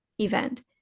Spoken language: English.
event